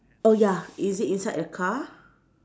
oh ya is it inside a car